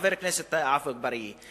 חבר הכנסת עפו אגבאריה,